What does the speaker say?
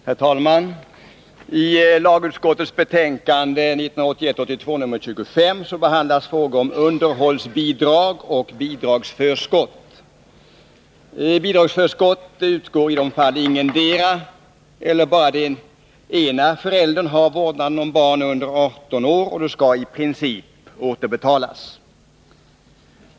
Herr talman! I lagutskottets betänkande 1981/82:25 behandlas frågor om underhållsbidrag och bidragsförskott. Bidragsförskott utgår i de fall ingendera eller bara den ena föräldern har vårdnaden om barn under 18 år och skall i princip återbetalas.